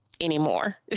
anymore